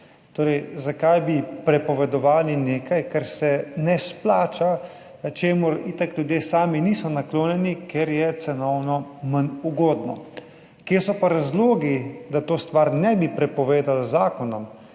Torej, zakaj bi prepovedovali nekaj, kar se ne izplača, čemur itak ljudje sami niso naklonjeni, ker je cenovno manj ugodno? Kje so pa razlogi, da to stvar ne bi prepovedali z zakonom?